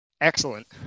Excellent